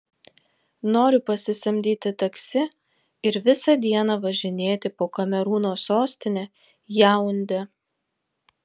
noriu pasisamdyti taksi ir visą dieną važinėti po kamerūno sostinę jaundę